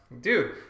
dude